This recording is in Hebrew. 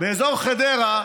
באזור חדרה הם